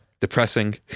depressing